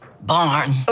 barn